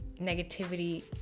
negativity